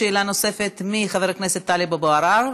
שאלה נוספת לחבר הכנסת טלב אבו עראר,